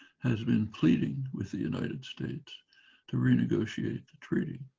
has been pleading with the united states to renegotiate the treaty.